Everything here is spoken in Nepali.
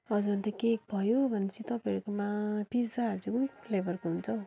हजुर अन्त केक भयो भनेपछि तपाईँहरूकोमा पिज्जाहरू चाहिँ कुन कुन फ्लेभरको हुन्छ हौ